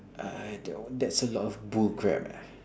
I don't that's a lot of bullcrap